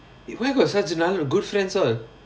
where got such நல்ல:nalla good friends all